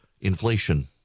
inflation